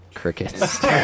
crickets